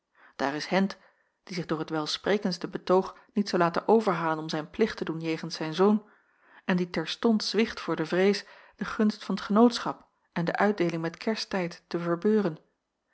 daar is hendt die zich door het welsprekendste betoog niet zou laten overhalen om zijn plicht te doen jegens zijn zoon en die terstond zwicht voor de vrees de gunst van t genootschap en de uitdeeling met kersttijd te verbeuren